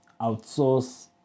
outsource